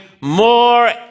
more